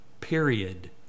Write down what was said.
period